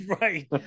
Right